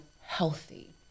healthy